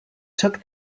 took